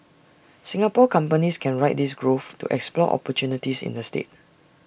Singapore companies can ride this growth to explore opportunities in the state